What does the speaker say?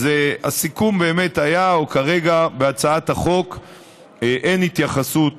הסיכום היה, כרגע בהצעת החוק אין התייחסות